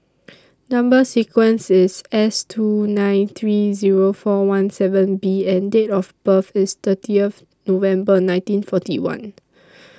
Number sequence IS S two nine three Zero four one seven B and Date of birth IS thirtieth November nineteen forty one